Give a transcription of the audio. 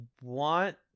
want